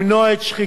ובמיוחד,